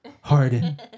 Harden